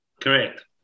Correct